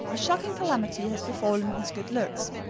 a shocking calamity has befallen his good looks.